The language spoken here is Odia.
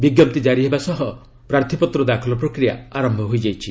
ବିଞ୍ଜପ୍ତି କ୍ଷାରି ହେବା ସହ ପ୍ରାର୍ଥୀପତ୍ର ଦାଖଲ ପ୍ରକ୍ରିୟା ଆରମ୍ଭ ହୋଇଯାଇଛି